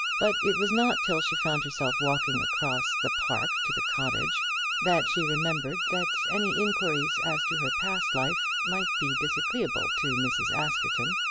but it was not till she found herself walking across the park to the cottage that she remembered that any inquiries as to her past life might be disagreeable to mrs. askerton.